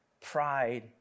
pride